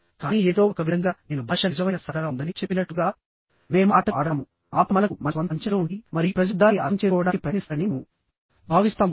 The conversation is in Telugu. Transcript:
కానీ ఏదో ఒక విధంగా నేను భాష నిజమైన సరదాగా ఉందని చెప్పినట్లుగా మేము ఆటలు ఆడతాముఆపై మనకు మన స్వంత అంచనాలు ఉంటాయి మరియు ప్రజలు దానిని అర్థం చేసుకోవడానికి ప్రయత్నిస్తారని మేము భావిస్తాము